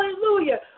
Hallelujah